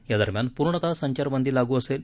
या दरम्यान पूर्णतः संचारबंदी लागू असेल